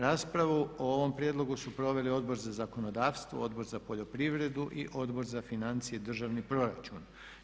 Raspravu o ovom prijedlogu su proveli Odbor za zakonodavstvo, Odbor za poljoprivredu i Odbor za financije i državni proračun.